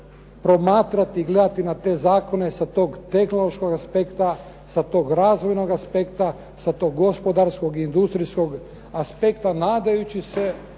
promatrati, gledati na te zakone sa tog tehnološkog aspekta, sa tog razvojnog aspekta, sa tog gospodarskog i industrijskog aspekta, nadajući se